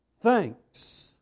thanks